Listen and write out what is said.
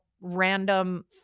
random